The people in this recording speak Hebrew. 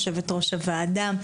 יושבת-ראש הוועדה,